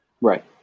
Right